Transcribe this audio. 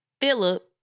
Philip